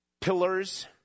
pillars